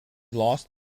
lost